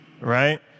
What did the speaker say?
right